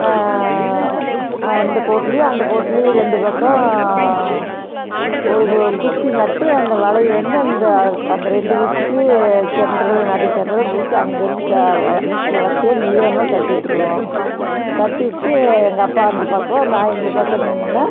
இந்த கோட்டிலியும் அந்த கோட்டிலியும் ரெண்டு பக்கம் ஒரு கு குச்சி நட்டு அந்த வலையை வந்து அந்த அந்த ரெண்டு குச்சிக்கு சென்டரில் நடு சென்டரில் பிடிச்சி அங்கேருந்து கா வ வளர்த்தியா நீளமாக கட்டி விட்டுருவோம் கட்டிவிட்டு எங்கள் அப்பா அந்த பக்கம் நான் இந்த பக்கம் நின்றா